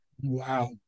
Wow